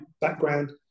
background